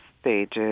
stages